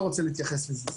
רוצה להתייחס לזה,